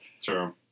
Sure